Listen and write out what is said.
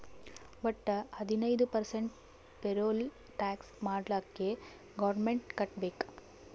ವಟ್ಟ ಹದಿನೈದು percent payroll tax ಮಾಲ್ಲಾಕೆ ಗೌರ್ಮೆಂಟ್ಗ್ ಕಟ್ಬೇಕ್